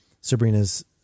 Sabrina's